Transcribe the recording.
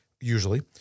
usually